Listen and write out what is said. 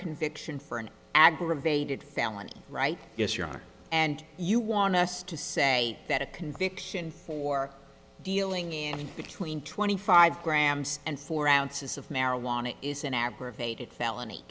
conviction for an aggravated felony right yes your honor and you want us to say that a conviction for dealing between twenty five grams and four ounces of marijuana is an aggravated felony